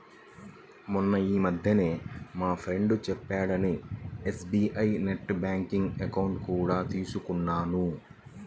మొన్నీమధ్యనే మా ఫ్రెండు చెప్పాడని ఎస్.బీ.ఐ నెట్ బ్యాంకింగ్ అకౌంట్ కూడా తీసుకున్నాను